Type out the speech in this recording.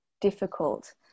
difficult